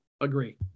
agree